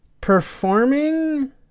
performing